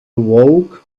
awoke